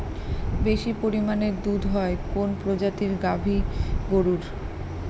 বেশি পরিমানে দুধ হয় কোন প্রজাতির গাভি গরুর?